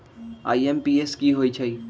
IMPS की होईछइ?